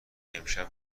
امشب